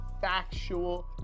factual